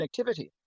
connectivity